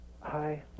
Hi